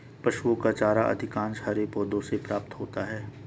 पशुओं का चारा अधिकांशतः हरे पौधों से प्राप्त होता है